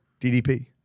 DDP